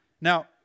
Now